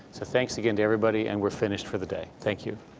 so thanks again to everybody, and we're finished for the day. thank you.